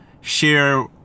share